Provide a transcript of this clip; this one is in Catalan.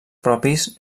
propis